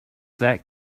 that